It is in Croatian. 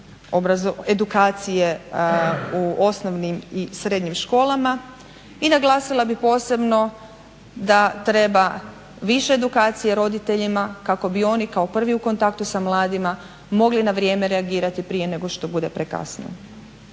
edukacije u osnovnim i srednjim školama i naglasila bih posebno da treba više edukacije roditeljima kako bi oni kao prvi u kontaktu sa mladima mogli na vrijeme reagirati prije nego što bude prekasno.